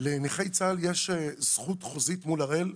לנכי צה"ל יש זכות חוזית מול הראל,